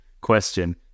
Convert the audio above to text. question